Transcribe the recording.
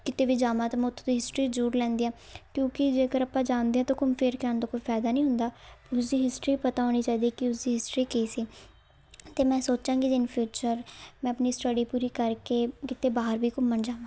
ਕਿਤੇ ਵੀ ਜਾਵਾਂ ਤਾਂ ਮੈਂ ਉੱਥੋਂ ਦੀ ਹਿਸਟਰੀ ਜ਼ਰੂਰ ਲੈਂਦੀ ਹਾਂ ਕਿਉਂਕਿ ਜੇਕਰ ਆਪਾਂ ਜਾਂਦੇ ਹਾਂ ਤਾਂ ਘੁੰਮ ਫਿਰ ਕੇ ਆਉਣ ਦਾ ਕੋਈ ਫਾਇਦਾ ਨਹੀਂ ਹੁੰਦਾ ਉਸਦੀ ਹਿਸਟਰੀ ਪਤਾ ਹੋਣੀ ਚਾਹੀਦੀ ਕਿ ਉਸਦੀ ਹਿਸਟਰੀ ਕੀ ਸੀ ਅਤੇ ਮੈਂ ਸੋਚਾਂਗੀ ਜੇ ਇਨ ਫਿਊਚਰ ਮੈਂ ਆਪਣੀ ਸਟੱਡੀ ਪੂਰੀ ਕਰਕੇ ਕਿਤੇ ਬਾਹਰ ਵੀ ਘੁੰਮਣ ਜਾਵਾਂ